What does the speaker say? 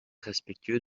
respectueux